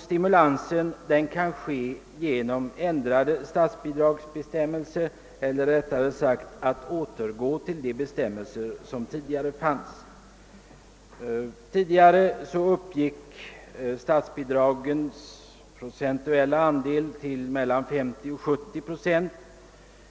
Stimulansen kan ske genom ändrade statsbidragsbestämmelser eller, rättare sagt, en återgång till de bestämmelser som tidigare gällde. Förut uppgick statsbidragets procentuella andel till mellan 50 och 70 procent,